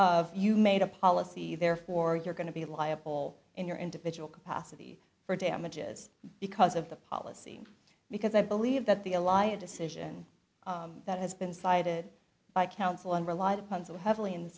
of you made a policy therefore you're going to be liable in your individual capacity for damages because of the policy because i believe that the elia decision that has been cited by counsel and relied upon so heavily in th